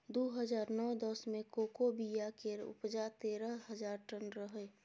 दु हजार नौ दस मे कोको बिया केर उपजा तेरह हजार टन रहै